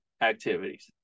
activities